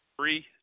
Three